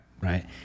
Right